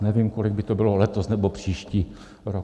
Nevím, kolik by to bylo letos nebo příští rok.